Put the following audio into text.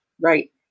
Right